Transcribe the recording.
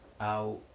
out